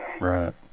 Right